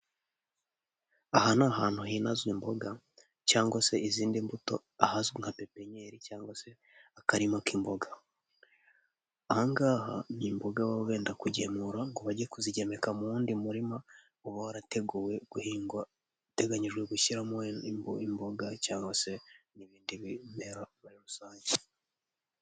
Aha ni ahantu hinazwa imboga cyangwa se izindi mbuto, ahazwi nka pepenyeri cyangwa se akarima k'imboga, aha ngaha ni imboga baba benda kugemura ngo bajye kuzigemeka mu w'undi murima, uba warateguwe guhingwa, uteganyijwe gushyiramo imboga cyangwa se n'ibindi bimera muri rusange.